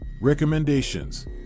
Recommendations